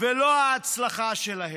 ולא ההצלחה שלהן.